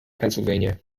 pennsylvania